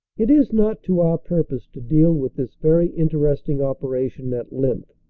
it is not to our purpose to deal with this very interesting operation at length,